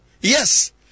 yes